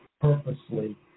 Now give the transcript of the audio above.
purposely